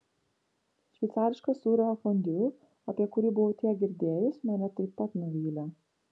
šveicariškas sūrio fondiu apie kurį buvau tiek girdėjus mane taip pat nuvylė